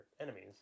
enemies